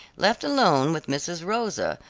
left alone with mrs. rosa,